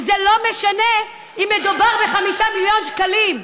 ולא משנה אם מדובר ב-5 מיליון שקלים.